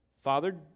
Father